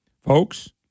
Folks